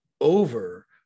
over